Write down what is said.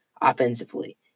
offensively